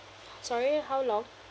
sorry how long